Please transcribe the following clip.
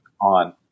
on